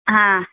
हा